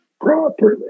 properly